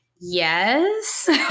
yes